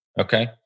Okay